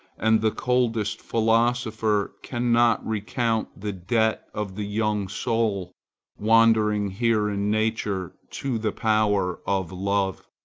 and the coldest philosopher cannot recount the debt of the young soul wandering here in nature to the power of love,